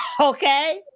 okay